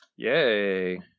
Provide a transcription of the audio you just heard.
Yay